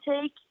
take